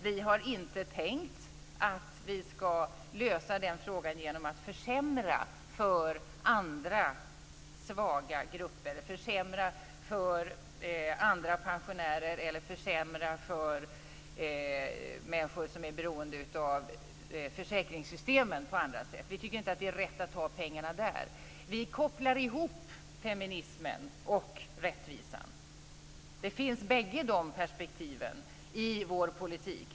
Vi har inte tänkt att vi ska lösa frågan genom att försämra för andra svaga grupper, för andra pensionärer eller för människor som är beroende av försäkringssystemen på andra sätt. Vi tycker inte att det är rätt att ta pengarna där. Vi kopplar ihop feminismen och rättvisan. Bägge perspektiven finns i vår politik.